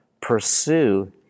pursue